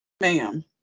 Ma'am